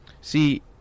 See